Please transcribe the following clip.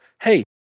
hey